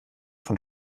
von